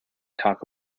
talk